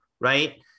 right